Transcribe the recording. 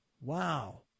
Wow